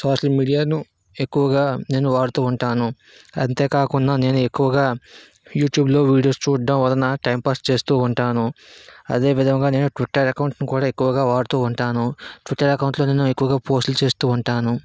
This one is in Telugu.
సొషల్ మీడియాను ఎక్కువగా నేను వాడుతూ ఉంటాను అంతేకాకుండా నేను ఎక్కువగా యూట్యూబ్లో వీడియోస్ చూడడం వలన టైం పాస్ చేస్తూ ఉంటాను అదేవిధంగా నేను ట్విట్టర్ అకౌంట్ను కూడా ఎక్కువగా వాడుతూ ఉంటాను ట్విట్టర్ అకౌంట్లో నేను ఎక్కువ పోస్ట్లు చేస్తూ ఉంటాను